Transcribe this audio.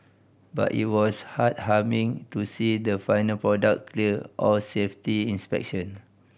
but it was heartwarming to see the final product clear all safety inspection